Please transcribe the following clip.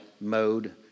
mode